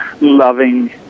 loving